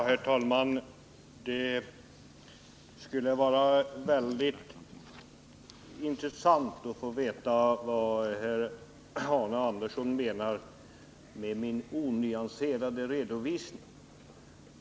Herr talman! Det vore väldigt intressant att få veta vad Arne Andersson menar med min ”onyanserade” redovisning.